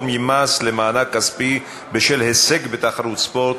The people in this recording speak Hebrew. ממס למענק כספי בשל הישג בתחרות ספורט),